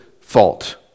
fault